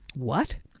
what,